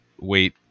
wait